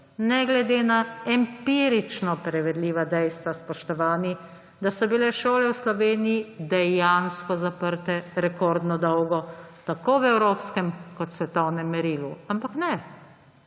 ne glede na empirično preverljiva dejstva, spoštovani, da so bile šole v Sloveniji dejansko zaprte rekordno dolgo tako v evropskem kot svetovnem merilu. Ampak ne!